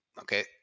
okay